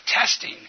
testing